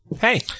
Hey